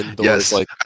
Yes